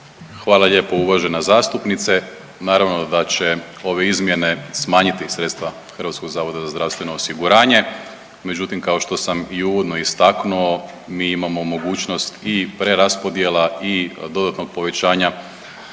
Hvala lijepo uvažena zastupnice. Naravno da će ove izmjene smanjiti sredstva HZZO-a, međutim kao što sam i uvodno istaknuo mi imamo mogućnost i preraspodjela i dodatnog povećanja